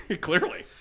Clearly